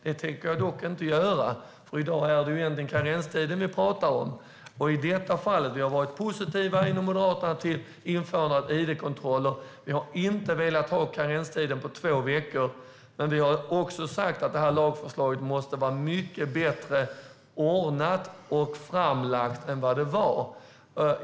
Det tänker jag dock inte gå med på, för i dag är det karenstiden vi talar om. I detta fall har vi i Moderaterna varit positiva till införandet av id-kontroller. Vi har inte velat ha karenstiden på två veckor. Vi har också sagt att lagförslaget måste vara mycket bättre ordnat och framlagt än det var.